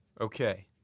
Okay